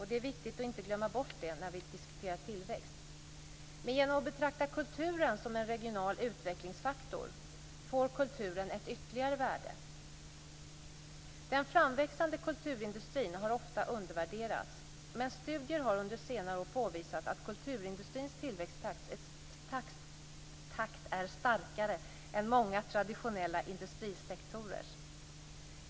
Det är viktigt att inte glömma bort det när vi diskuterar tillväxt. Genom att betrakta kulturen som en regional utvecklingsfaktor får kulturen ytterligare ett värde. Den framväxande kulturindustrin har ofta undervärderats. Men studier under senare år har påvisat att kulturindustrins tillväxttakt är starkare än många traditionella industrisektorers.